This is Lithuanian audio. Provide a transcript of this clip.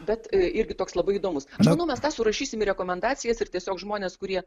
bet irgi toks labai įdomus manau mes tą surašysim į rekomendacijas ir tiesiog žmonės kurie